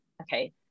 okay